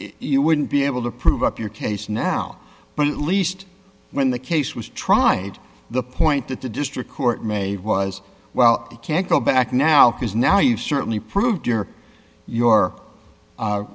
you wouldn't be able to prove up your case now but at least when the case was tried the point that the district court made was well you can't go back now because now you've certainly proved your your